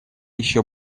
еще